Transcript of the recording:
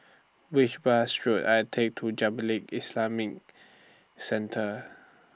Which Bus should I Take to Jamiyah Islamic Centre